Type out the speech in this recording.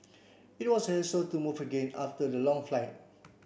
it was a hassle to move again after the long flight